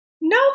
no